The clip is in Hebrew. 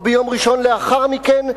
או ביום ראשון לאחר מכן,